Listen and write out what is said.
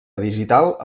digital